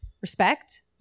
respect